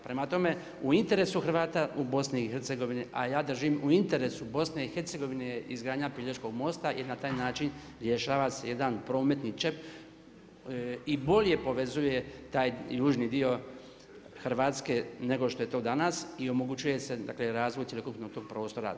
Prema tome u interesu Hrvata je u BiH a ja držim u interesu BiH je izgradnja Pelješkog mosta i na taj način rješava se jedan prometni čep i bolje povezuje taj južni dio Hrvatske nego što je to danas i omogućuje se dakle razvoj cjelokupnog tog prostora.